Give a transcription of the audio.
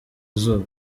izuba